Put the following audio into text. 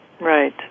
Right